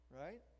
right